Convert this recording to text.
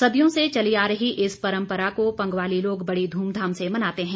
सदियों से चली आ रही इस परंपरा को पंगवाली लोग बड़ी ध्रमधाम से मनाते हैं